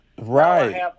right